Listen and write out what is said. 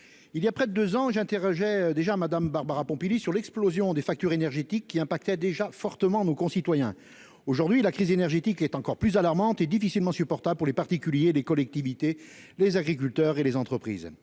Voilà près de deux ans, j'interrogeais déjà Mme Barbara Pompili sur l'explosion des factures énergétiques, qui impactait alors fortement nos concitoyens. Aujourd'hui, la crise énergétique est encore plus alarmante et difficilement supportable pour les particuliers, les collectivités, les agriculteurs et les entreprises.